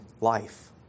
life